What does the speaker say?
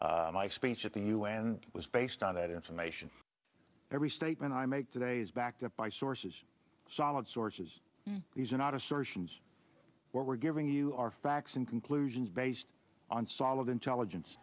my speech at the u n was based on that information every statement i make today is backed up by sources solid sources these are not assertions we're giving you are facts and conclusions based on solid intelligence